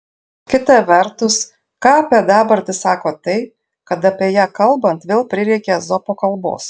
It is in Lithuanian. kita vertus ką apie dabartį sako tai kad apie ją kalbant vėl prireikia ezopo kalbos